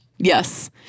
Yes